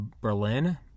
Berlin